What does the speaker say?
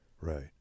Right